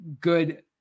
good